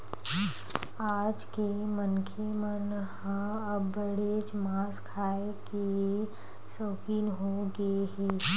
आज के मनखे मन ह अब्बड़ेच मांस खाए के सउकिन होगे हे